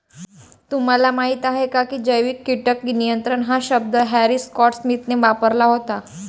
तुम्हाला माहीत आहे का की जैविक कीटक नियंत्रण हा शब्द हॅरी स्कॉट स्मिथने वापरला होता?